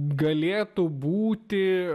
galėtų būti